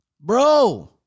Bro